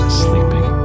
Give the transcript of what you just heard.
sleeping